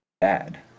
bad